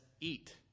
eat